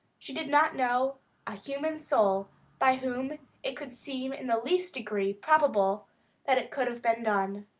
she did not know a human soul by whom it could seem in the least degree probable that it could have been done.